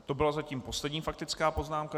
To byla zatím poslední faktická poznámka.